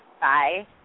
Bye